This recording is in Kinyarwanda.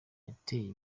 yateye